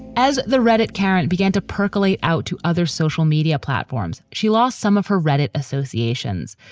as the redit, karen began to percolate out to other social media platforms. she lost some of her reddit associations.